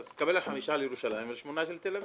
אז תקבל על חמישה של ירושלים ועל שמונה של תל אביב.